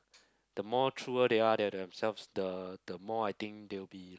the more truer they are than themselves the the more I think they will be